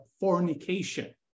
fornication